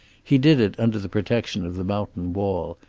he did it under the protection of the mountain wall,